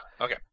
Okay